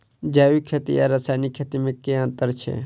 जैविक खेती आ रासायनिक खेती मे केँ अंतर छै?